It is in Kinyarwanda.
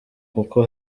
kuko